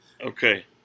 Okay